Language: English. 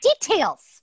details